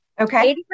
Okay